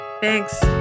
Thanks